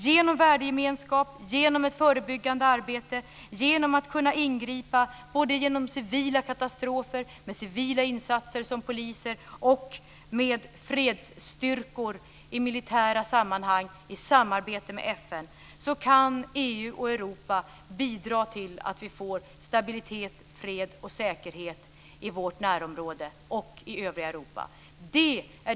Genom värdegemenskap, genom ett förebyggande arbete och genom ingripanden både med civila polisinsatser i civila katastrofer och med fredsstyrkor i militära sammanhang i samarbete med FN kan EU och Europa bidra till att vi får stabilitet, fred och säkerhet i vårt närområde och i övriga Europa.